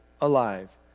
alive